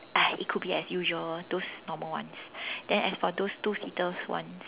uh it could be as usual those normal ones then as for those two seater one